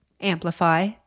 Amplify